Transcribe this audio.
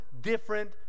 different